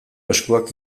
eskuak